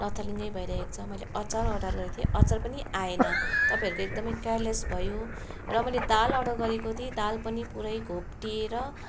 लथालिङ्गै भइरहेको छ मैले अचार अर्डर गरेको थिएँ अचार पनि आएन तपाईँहरूको एकदम केयरलेस भयो र मैले दाल अर्डर गरेको थिएँ दाल पनि पुरै घोप्टिएर